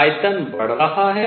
आयतन बढ़ रहा है